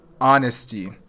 honesty